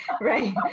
Right